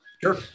Sure